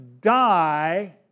die